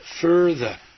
further